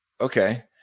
Okay